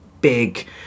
big